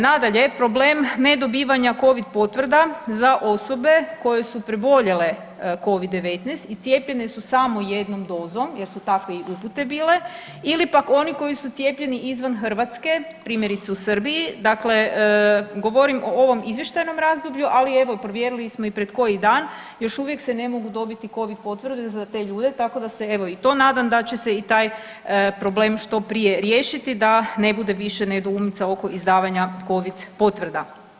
Nadalje, problem ne dobivanja covid potvrda za osobe koje su preboljele covid-19 i cijepljene su samo jednom dozom jer su takve i upute bile ili pak oni koji su cijepljeni izvan Hrvatske, primjerice u Srbiji dakle govorim o ovom izvještajnom razdoblju, ali evo provjerili smo i pred koji dan još uvijek se ne mogu dobiti covid potvrde za te ljude tako da se evo i to nadam da će se i taj problem što prije riješiti da ne bude više nedoumica oko izdavanja covid potvrda.